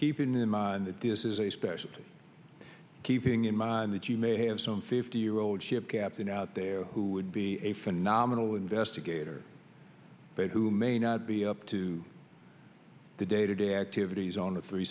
keeping in mind that this is a specialty keeping in mind that you may have some fifty year old ship captain out there who would be a phenomenal investigator but who may not be up to the day to day activities on a three